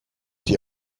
die